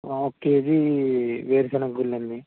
ఒక్కేజీ వేరుసెనగుళ్ళండి